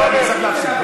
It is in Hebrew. אבל אני אצטרך להפסיק.